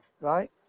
right